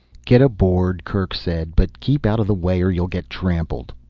get aboard, kerk said. but keep out of the way or you'll get trampled.